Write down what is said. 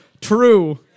True